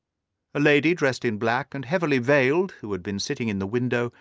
a lady dressed in black and heavily veiled, who had been sitting in the window,